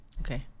Okay